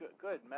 good